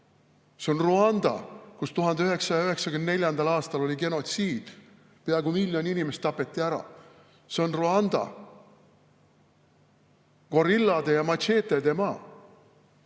See on Rwanda, kus 1994. aastal oli genotsiid, peaaegu miljon inimest tapeti ära. See on Rwanda, gorillade ja matšeetede maa.